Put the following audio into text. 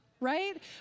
right